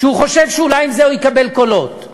שהוא חושב שאולי עם זה הוא יקבל קולות.